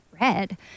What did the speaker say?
red